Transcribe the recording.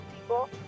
people